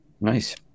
Nice